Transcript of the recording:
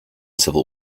civil